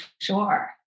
sure